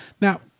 Now